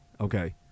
Okay